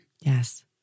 Yes